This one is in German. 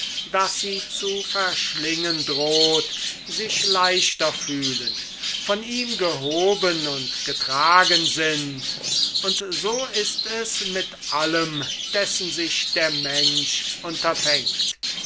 das sie zu verschlingen droht sich leichter fühlen von ihm gehoben und getragen sind und so ist es mit allem dessen sich der mensch